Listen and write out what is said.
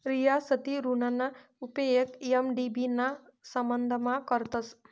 रियासती ऋणना उपेग एम.डी.बी ना संबंधमा करतस